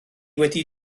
wedi